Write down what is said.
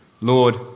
Lord